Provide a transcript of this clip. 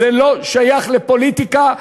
זה לא שייך לפוליטיקה,